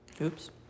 Oops